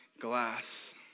glass